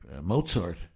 Mozart